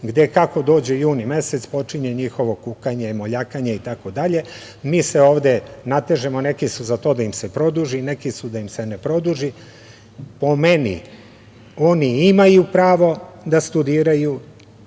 gde kako dođe juni mesec počinje njihovo kukanje, moljakanje itd. Mi se ovde natežemo, neki su za to da im se produži, neki su da im se ne produži. Po mom mišljenju, oni imaju pravo da studiraju